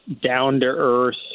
down-to-earth